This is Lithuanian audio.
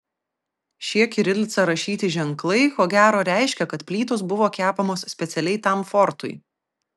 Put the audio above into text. šie kirilica rašyti ženklai ko gero reiškia kad plytos buvo kepamos specialiai tam fortui